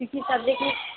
তুই কী সাবজেক্ট